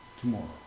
tomorrow